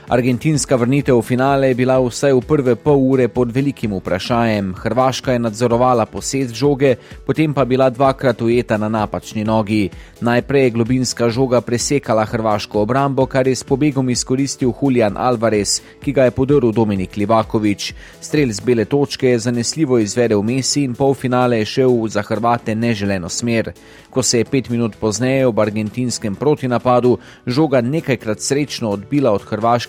Argentinska vrnitev finale je bila vsaj v prve pol ure pod velikim vprašanjem. Hrvaška je nadzorovala posed žoge, potem pa bila dvakrat ujeta na napačni nogi. Najprej je Globinska žoga presekala hrvaško obrambo, kar je s pobegom izkoristil Julian Alvarez, ki ga je podrl Dominik Livaković. Strel z bele točke zanesljivo izvedel Messi in pol finale je šel za Hrvate neželeno smer. Ko se je pet minut pozneje ob argentinskem protivnapadu, žoga nekajkrat srečno odbila od hrvaške